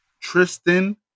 Tristan